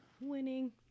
Winning